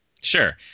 sure